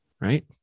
right